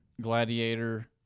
Gladiator